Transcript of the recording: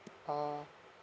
oh